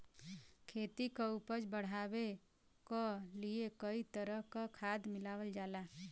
खेती क उपज बढ़ावे क लिए कई तरह क खाद मिलावल जाला